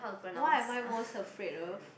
what am I most afraid of